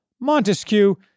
Montesquieu